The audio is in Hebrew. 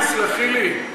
תסלחי לי,